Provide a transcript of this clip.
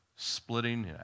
Splitting